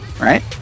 Right